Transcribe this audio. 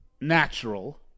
natural